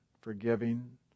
forgiving